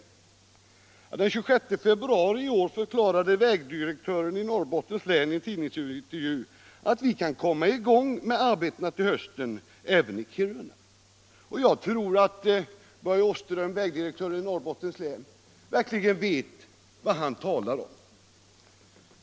Ja, den 26 februari i år förklarade vägdirektören i Norrbottens län i en tidningsintervju att arbetena kan komma i gång till hösten även i Kiruna. Jag tror att Börje Åström, vägdirektören i Norrbottens län, verkligen vet vad han talar om.